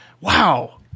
wow